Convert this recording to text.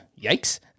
yikes